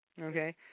Okay